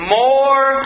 more